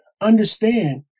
understand